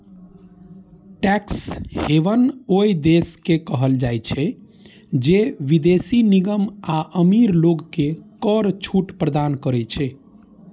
tax haven ओइ देश के कहल जाइ छै, जे विदेशी निगम आ अमीर लोग कें कर छूट प्रदान करै छै